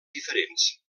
diferents